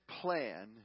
plan